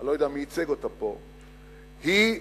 אני לא יודע מי ייצג אותה פה, היא,